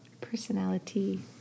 personality